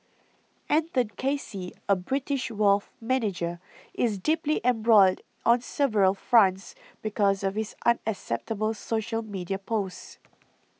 Anton Casey a British wealth manager is deeply embroiled on several fronts because of his unacceptable social media posts